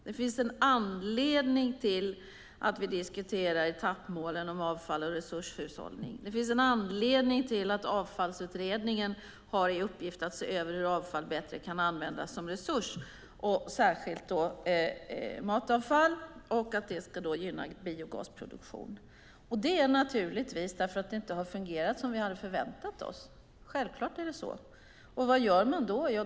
Det finns en anledning till att vi diskuterar etappmålen om avfall och resurshushållning. Det finns en anledning till att Avfallsutredningen har i uppgift att se över hur avfall bättre kan användas som resurs, särskilt matavfall, och gynna biogasproduktion. Det är självklart eftersom det inte har fungerat som vi har förväntat oss. Vad gör vi då?